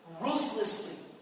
ruthlessly